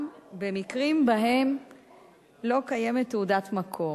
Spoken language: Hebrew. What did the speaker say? גם במקרים שבהם לא קיימת תעודת מקור.